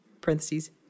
parentheses